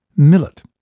millet.